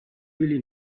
really